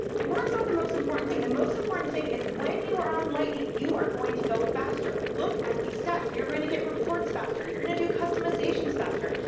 and that's not the most important thing. the most important thing is when you are on lightning you are going to go faster. look at these stats. you're gonna get reports faster, you're gonna do customizations faster,